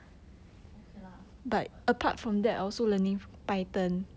okay lah but